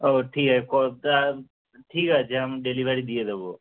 ও ঠিক আছে কো তা ঠিক আছে আমি ডেলিভারি দিয়ে দেবো